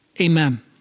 Amen